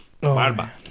Barba